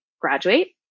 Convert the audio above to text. graduate